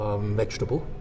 vegetable